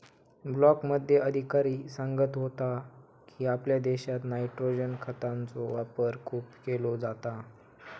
ब्लॉकमध्ये अधिकारी सांगत होतो की, आपल्या देशात नायट्रोजन खतांचो वापर खूप केलो जाता